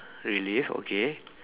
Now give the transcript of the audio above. really okay